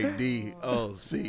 doc